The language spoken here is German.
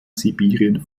sibirien